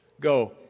Go